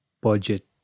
budget